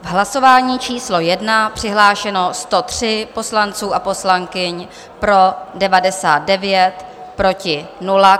V hlasování číslo 1 přihlášeno 103 poslanců a poslankyň, pro 99, proti 0.